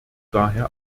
daher